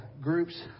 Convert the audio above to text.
groups